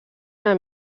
una